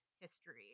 history